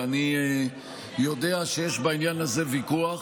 ואני יודע שיש בעניין הזה ויכוח,